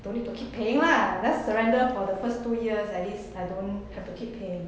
don't need to keep paying lah just surrender for the first two years at least I don't have to keep paying